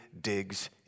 digs